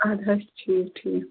اَدٕ حظ ٹھیٖک ٹھیٖک